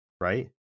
right